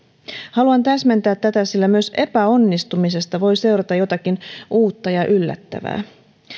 haluan täsmentää tätä sillä myös epäonnistumisesta voi seurata jotakin uutta ja yllättävää